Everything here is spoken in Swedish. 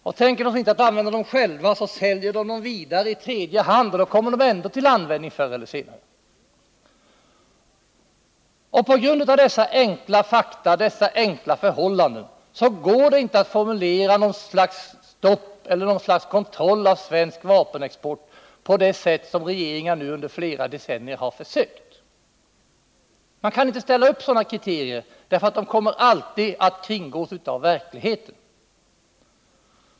Däremot kan en stat i stället sälja vapnen vidare till tredje land som sedan använder dem förr eller senare. På grund av dessa enkla fakta och dessa enkla förhållanden går det inte att föreskriva något slags kontroll av svensk vapenexport på det sätt som olika regeringar nu under flera decennier har försökt att göra. Man kan inte tillämpa sådana kriterier, eftersom de alltid kommer att kringgås av verkligheten.